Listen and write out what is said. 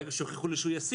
ברגע שיוכיחו לי שהוא ישים,